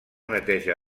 neteja